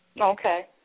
Okay